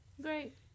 Great